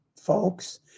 folks